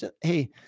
Hey